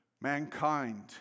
Mankind